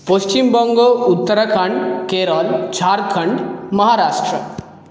Paschimbanga Uttarakhand Kerala Jharkhand Maharashtra